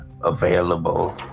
available